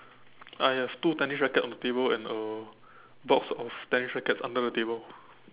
ah yes two tennis rackets on the table and a box of tennis rackets under the table